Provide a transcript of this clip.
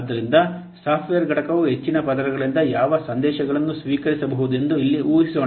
ಆದ್ದರಿಂದ ಸಾಫ್ಟ್ವೇರ್ ಘಟಕವು ಹೆಚ್ಚಿನ ಪದರಗಳಿಂದ ಯಾವ ಸಂದೇಶಗಳನ್ನು ಸ್ವೀಕರಿಸಬಹುದೆಂದು ಇಲ್ಲಿ ಊಹಿಸೋಣ